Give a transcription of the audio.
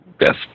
Yes